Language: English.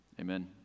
Amen